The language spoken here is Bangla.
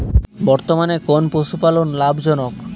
বর্তমানে কোন পশুপালন লাভজনক?